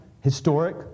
historic